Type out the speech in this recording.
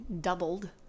doubled